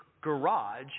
garage